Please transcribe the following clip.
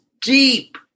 deep